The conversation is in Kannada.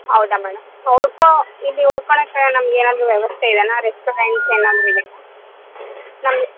ಹೌದಾ ಮೇಡಮ್ ಉಳ್ಕೊ ಇಲ್ಲಿ ಉಳ್ಕೊಳಕ್ಕೆ ನಮ್ಗೆ ಏನಾದರೂ ವ್ಯವಸ್ಥೆ ಇದೆಯಾ ರೆಸ್ಟೋರೆಂಟ್ಸ್ ಏನಾದರೂ ಇದೆಯಾ ನಮ್ಗೆ